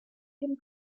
jim